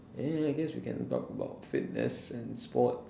eh I guess we can talk about fitness and sport